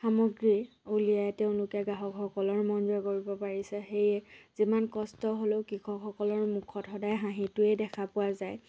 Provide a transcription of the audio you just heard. সামগ্ৰী উলিয়াই তেওঁলোকে গ্ৰাহকসকলৰ মন জয় কৰিব পাৰিছে সেয়ে যিমান কষ্ট হ'লেও কৃষকসকলৰ মুখত সদায় হাঁহিটোৱেই দেখা পোৱা যায়